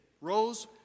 rose